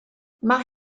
mae